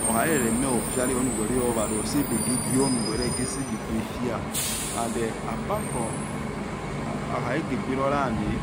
Hoharerefialo omie onu warel hohalo holosegbege ruonu warel gelesegbege fia ande apart from hahahegegbero lana